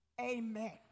Amen